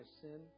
sin